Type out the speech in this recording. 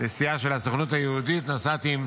נסיעה של הסוכנות היהודית, נסעתי עם